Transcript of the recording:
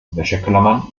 wäscheklammern